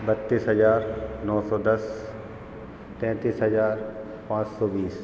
बत्तीस हजार नौ सौ दस तैंतीस हजार पाँच सौ बीस